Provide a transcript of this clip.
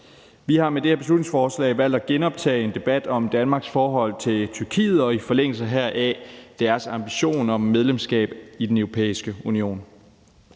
Vi har med det her beslutningsforslag valgt at genoptage en debat om Danmarks forhold til Tyrkiet og i forlængelse heraf deres ambition om medlemskab af Den Europæiske Union.